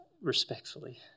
respectfully